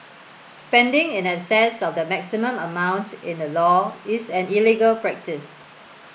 spending in excess of the maximum amount in the law is an illegal practice